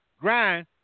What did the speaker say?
Grind